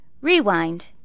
Rewind